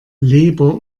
leber